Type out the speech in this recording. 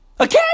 Okay